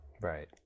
right